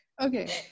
Okay